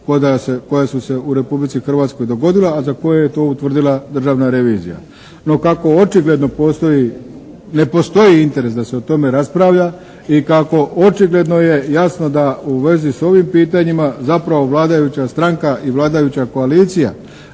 koja su se u Republici Hrvatskoj dogodila, a za koje je to utvrdila Državna revizija. No kako očigledno postoji, ne postoji interes da se o tome raspravlja i kako očigledno je jasno da u vezi s ovim pitanjima zapravo vladajuća stranka i vladajuća koalicija